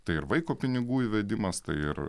tai ir vaiko pinigų įvedimas tai ir